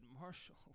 Marshall